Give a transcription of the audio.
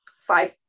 five